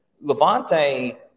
Levante